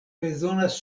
bezonas